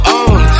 own